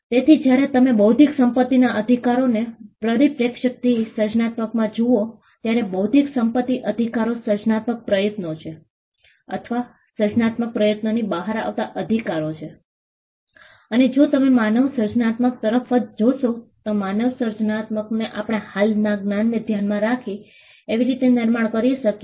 તેથી જ્યારે તમે બૌદ્ધિક સંપત્તિના અધિકારોના પરિપ્રેક્ષ્યથી સર્જનાત્મકતા જુઓત્યારે બૌદ્ધિક સંપત્તિ અધિકારો સર્જનાત્મક પ્રયત્નો છે અથવા સર્જનાત્મક પ્રયત્નોથી બહાર આવતા અધિકારો છે અને જો તમે માનવ સર્જનાત્મકતા તરફ જ જોશો તો માનવ સર્જનાત્મકતાને આપણે હાલ ના જ્ઞાન ને ધ્યાન માં રાખી કેવી રીતે નિર્માણ કરી શકીએ